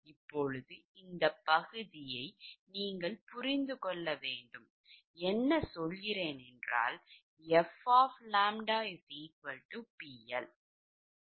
இப்போது இந்த பகுதி ஐ நீங்கள் புரிந்து கொள்ள வேண்டும் என்ன சொல்கிறேன் என்றால் fʎPL